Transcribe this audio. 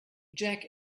jack